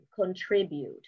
contribute